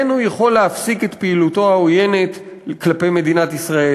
אין הוא יכול להפסיק את פעולתו העוינת כלפי מדינת ישראל,